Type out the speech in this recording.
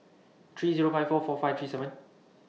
three Zero five four four five three seven